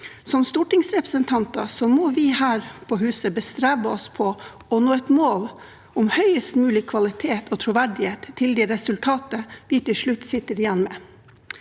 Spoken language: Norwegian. Som stortingsrepresentanter må vi her på huset bestrebe oss på å nå et mål om høyest mulig kvalitet og troverdighet til det resultatet vi til slutt sitter igjen med.